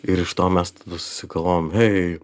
ir iš to mes susigalvojam hei